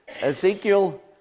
Ezekiel